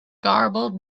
garbled